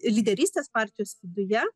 lyderystės partijos viduje